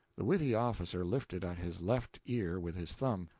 the witty officer lifted at his left ear with his thumb,